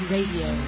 Radio